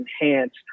enhanced